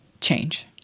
change